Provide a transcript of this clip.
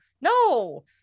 no